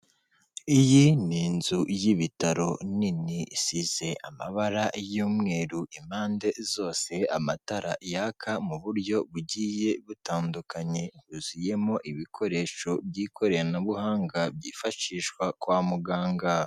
Iyi ni inzu y'ibitaro nini isize amabara y'umweru impande zose amatara yaka mu buryo bugiye butandukanye, yuzuyemo ibikoresho by'ikoranabuhanga byifashishwa kwa muganga.